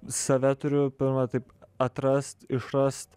save turiu pirma taip atrast išrast